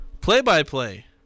play-by-play